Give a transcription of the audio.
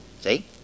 See